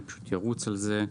ואני ארוץ על זה.